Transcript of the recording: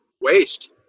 waste